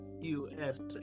USA